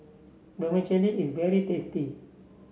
vermicelli is very tasty